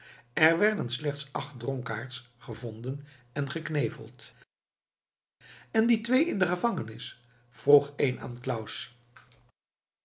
er werden slechts acht dronkaards gevonden en gekneveld en die twee in de gevangenis vroeg een